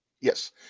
Yes